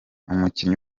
umukinnyi